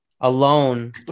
Alone